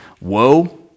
woe